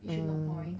mm